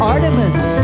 Artemis